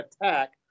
attack